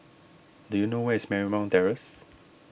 do you know where is Marymount Terrace